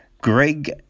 Greg